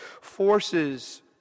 Forces